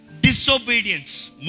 disobedience